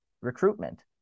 Recruitment